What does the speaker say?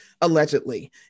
allegedly